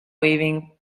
waving